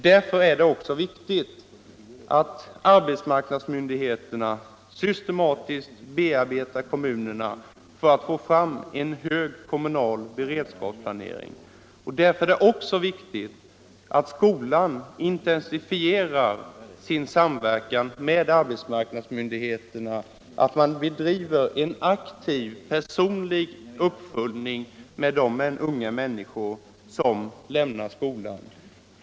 Därför är det viktigt att arbetsmarknadsmyndigheterna systematiskt bearbetar kommunerna för att få fram en hög kommunal beredskapsplanering. Därför är det också viktigt att skolan intensifierar sin samverkan med arbetsmarknadsmyndigheterna och att man bedriver en aktiv, personlig uppföljning av de unga människor som lämnar skolan.